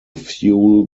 fuel